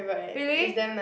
really